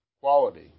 quality